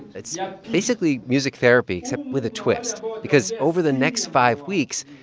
it's yeah basically music therapy, except with a twist because over the next five weeks,